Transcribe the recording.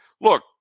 look